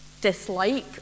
dislike